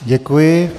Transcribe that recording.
Děkuji.